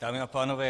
Dámy a pánové.